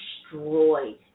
destroyed